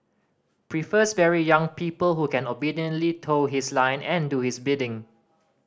prefers very young people who can obediently toe his line and do his bidding